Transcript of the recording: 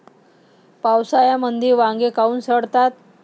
पावसाळ्यामंदी वांगे काऊन सडतात?